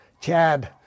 Chad